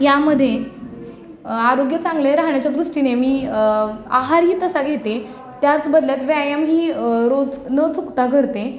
यामध्ये आरोग्य चांगले राहण्याच्या दृष्टीने मी आहारही तसा घेते त्याचबदल्यात व्यायामही रोज न चुकता करते